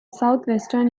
southwestern